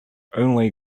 only